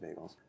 bagels